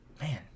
Man